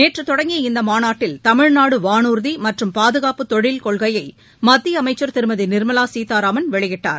நேற்று தொடங்கிய இந்த மாநாட்டில் தமிழ்நாடு வானூர்தி மற்றும் பாதுகாப்பு தொழில் கொள்கையை மத்திய அமைச்சா் திருமதி நிா்மலா சீதாராமன் வெளியிட்டார்